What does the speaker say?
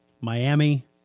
Miami